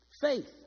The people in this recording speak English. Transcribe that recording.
Faith